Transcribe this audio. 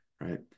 right